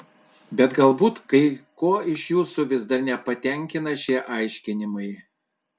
bet galbūt kai ko iš jūsų vis dar nepatenkina šie aiškinimai